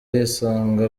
yisanga